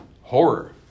horror